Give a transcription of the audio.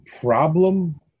problem